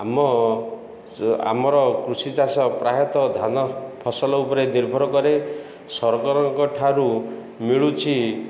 ଆମ ଆମର କୃଷି ଚାଷ ପ୍ରାୟତଃ ଧାନ ଫସଲ ଉପରେ ନିର୍ଭର କରେ ସରକାରଙ୍କ ଠାରୁ ମିଳୁଛି